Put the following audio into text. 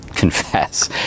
confess